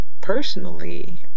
Personally